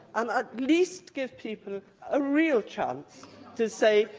um at least give people a real chance to say,